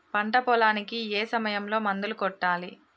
పంట పొలానికి ఏ సమయంలో మందులు కొట్టాలి?